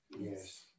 Yes